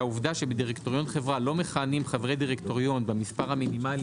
שהעובדה שבדירקטוריון חברה לא מכהנים חברי דירקטוריון במספר המינימלי